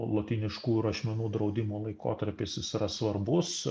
lotyniškų rašmenų draudimo laikotarpis jis yra svarbus